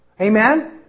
Amen